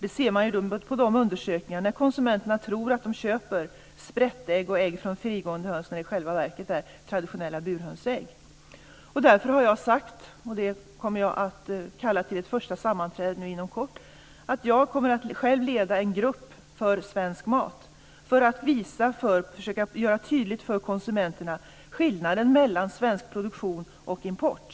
Det ser man på de undersökningar som visar att konsumenterna tror att de köper sprättägg och ägg från frigående höns medan det i själva verket är fråga om traditionella burhönsägg. Därför kommer jag att själv leda en grupp för svensk mat, och jag kommer att kalla till ett första sammanträde nu inom kort, för att visa och försöka göra tydligt för konsumenterna skillnaden mellan svensk produktion och import.